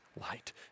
light